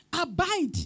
Abide